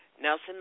Nelson